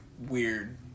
weird